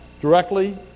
directly